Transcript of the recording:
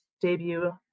debut